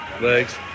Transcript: legs